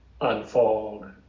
unfold